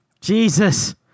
Jesus